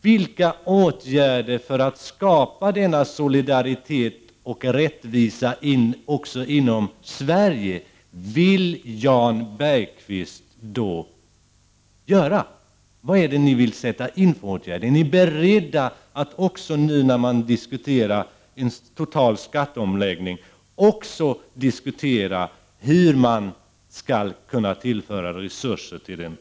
Vilka åtgärder för att skapa solidaritet och rättvisa också inom Sverige vill Jan Bergqvist vidta? Är ni beredda att i samband med diskussionen om en total skatteomläggning också diskutera hur vårdsektorn skall kunna tillföras resurser?